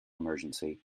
emergency